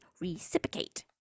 reciprocate